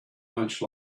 much